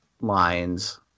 lines